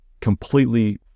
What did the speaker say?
completely